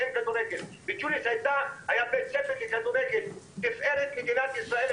בג'וליס היה בית ספר לכדורגל לתפארת מדינת ישראל.